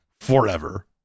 forever